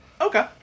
Okay